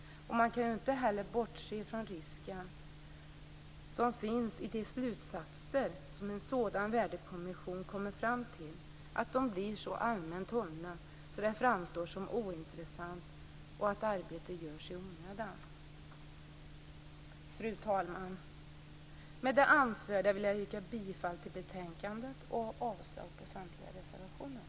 Man kan inte heller bortse från risken som finns i de slutsatser som en sådan värdekommission kommer fram till, att de blir så allmänt hållna att det framstår som ointressant och att arbetet görs i onödan. Fru talman! Med det anförda vill jag yrka bifall till utskottets hemställan och avslag på samtliga reservationer.